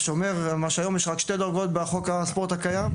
והיום יש רק שתי דרגות בחוק הספורט הקיים.